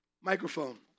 Microphone